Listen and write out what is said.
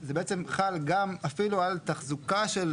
זה חל אפילו על תחזוקה של